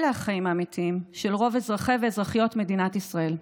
אלה החיים האמיתיים של רוב אזרחי ואזרחיות מדינת ישראל.